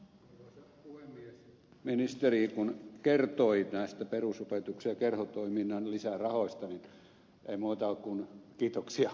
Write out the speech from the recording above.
kun ministeri kertoi näistä perusopetuksen ja kerhotoiminnan lisärahoista niin ei muuta kuin kiitoksia vaan